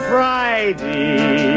Friday